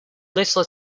little